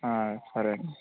సరేనండి